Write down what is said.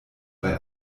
bei